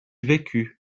vécut